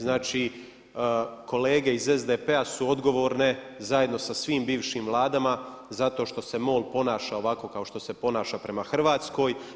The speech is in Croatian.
Znači kolege iz SDP-a su odgovorne zajedno sa svim bivšim vladama zato što se MOL ponaša ovako kako se ponaša prema Hrvatskoj.